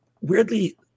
weirdly